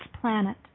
planet